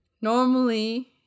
normally